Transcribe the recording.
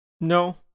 No